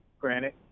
granted